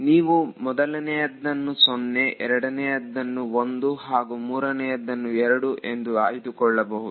ನೀವು ಮೊದಲನೆಯದನ್ನು 0 ಎರಡನೆಯದನ್ನು 1 ಹಾಗೂ ಮೂರನೆಯದ್ದನ್ನು 2 ಎಂದು ಆಯ್ದುಕೊಳ್ಳಬೇಕು